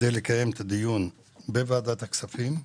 ולקיים אותו בוועדת הכספים.